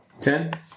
Ten